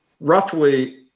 roughly